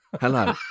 Hello